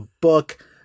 book